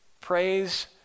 Praise